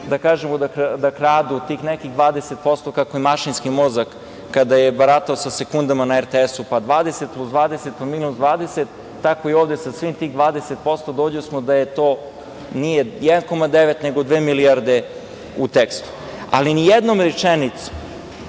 su oni da kradu tih nekih 20% kako je mašinski mozak kada je baratao sa sekundama na RTS pa 20 plus 20 pa minus 20, tako i ovde sa svih tih 20% dođosmo da to nije 1,9 nego dve milijarde u tekstu. Nijednom rečenicom